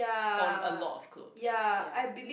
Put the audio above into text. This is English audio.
on a lot of clothes ya